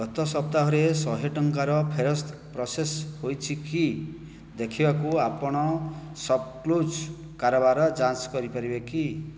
ଗତ ସପ୍ତାହରେ ଶହେ ଟଙ୍କାର ଫେରସ୍ତ ପ୍ରସେସ୍ ହୋଇଛିକି ଦେଖିବାକୁ ଆପଣ ସପ୍କ୍ଲୁଜ୍ କାରବାର ଯାଞ୍ଚ୍ କରିପାରିବେ କି